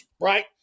right